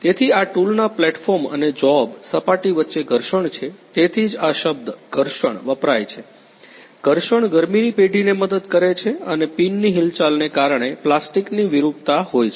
તેથી આ ટૂલના પ્લેટફોર્મ અને જોબ સપાટી વચ્ચે ઘર્ષણ છે તેથી જ આ શબ્દ "ઘર્ષણ" વપરાય છે ઘર્ષણ ગરમીની પેઢીને મદદ કરે છે અને પિનની હિલચાલને કારણે પ્લાસ્ટિકની વિરૂપતા હોય છે